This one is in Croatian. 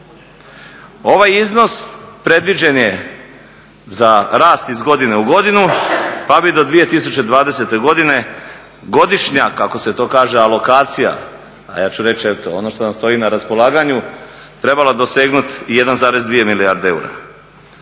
Ovaj iznos predviđen je za rast iz godine u godinu, pa bi do 2020. godine godišnja kako se to kaže alokacija a ja ću reći eto, ono što nam stoji na raspolaganju trebalo dosegnuti 1,2 milijarde eura.